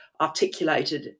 articulated